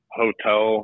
hotel